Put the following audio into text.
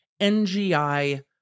NGI